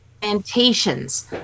plantations